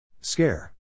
Scare